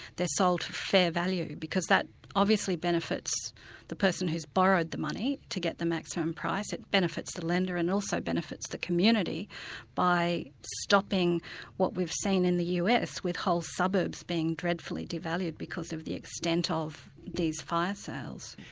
they're sold for fair value, because that obviously benefits the person who's borrowed the money to get the maximum price, it benefits the lender and also benefits the community by stopping what we've seen in the us with whole suburbs being dreadfully devalued because of the extent ah of these fire sales.